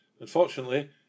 Unfortunately